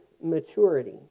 maturity